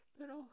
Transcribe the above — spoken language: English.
Pero